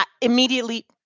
immediately